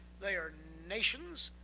they are nations,